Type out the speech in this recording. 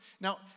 Now